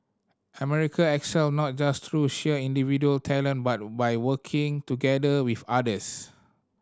America excel not just through sheer individual talent but by working together with others